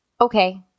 Okay